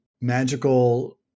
magical